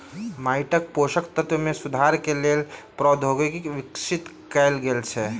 माइटक पोषक तत्व मे सुधारक लेल प्रौद्योगिकी विकसित कयल गेल छै